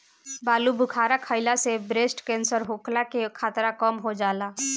आलूबुखारा खइला से ब्रेस्ट केंसर होखला के खतरा कम हो जाला